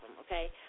Okay